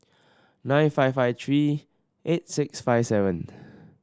nine five five three eight six five seven